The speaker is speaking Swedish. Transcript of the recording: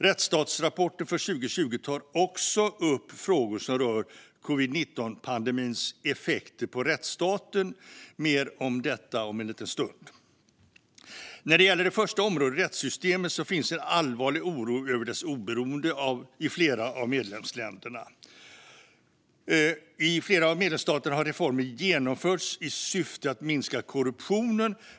Rättsstatsrapporten för 2020 tar också upp frågor som rör covid-19-pandemins effekter på rättsstaten. Det blir mer om det om en stund. När det gäller det första området, rättssystemet, finns en allvarlig oro över dess oberoende i flera av medlemsländerna. I flera av medlemsstaterna har reformer genomförts i syfte att minska korruptionen.